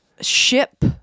Ship